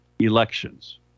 Elections